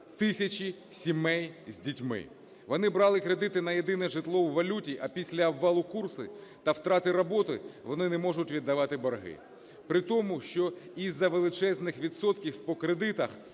тисячі сімей з дітьми. Вони брали кредити на єдине житло у валюті, а після обвалу курсу та втрати роботи вони не можуть віддавати борги, при тому, що із-за величезних відсотків по кредитах